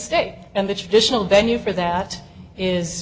state and the traditional venue for that is